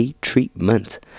treatment